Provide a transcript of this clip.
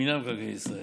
מינהל מקרקעי ישראל,